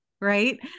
right